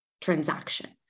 transaction